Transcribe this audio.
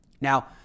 Now